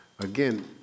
Again